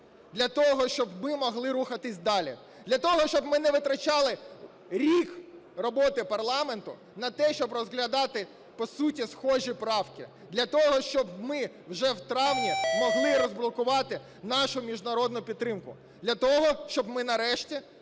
для того, щоб ми могли рухатись далі, для того, щоб ми не витрачали рік роботи парламенту на те, щоб розглядати по суті схожі правки, для того, щоб ми вже в травні могли розблокувати нашу міжнародну підтримку, для того, щоб ми нарешті